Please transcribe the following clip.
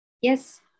Yes